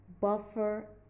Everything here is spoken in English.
Buffer